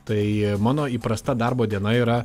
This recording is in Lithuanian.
tai mano įprasta darbo diena yra